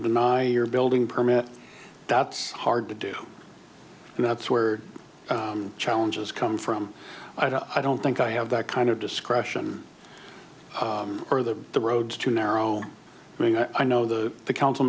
deny your building permit that's hard to do and that's where challenges come from i don't think i have that kind of discretion or the the roads too narrow i mean i know the council